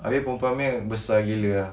abeh perempuan punya besar gila ah